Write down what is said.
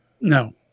No